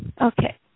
Okay